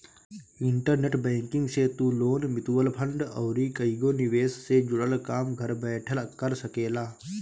internet banking से तू loan, mutual fund अउरी कईगो निवेश से जुड़ल काम घर बैठल कर सकेला